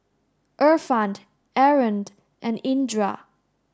Irfan Aaron and Indra